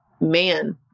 man